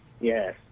Yes